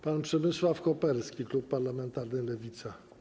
Pan Przemysław Koperski, klub parlamentarny Lewica.